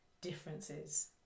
differences